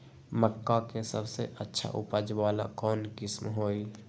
मक्का के सबसे अच्छा उपज वाला कौन किस्म होई?